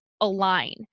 align